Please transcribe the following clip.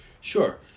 Sure